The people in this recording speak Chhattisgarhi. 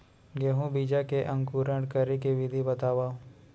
गेहूँ बीजा के अंकुरण करे के विधि बतावव?